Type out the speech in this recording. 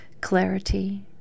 clarity